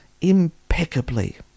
impeccably